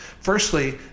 firstly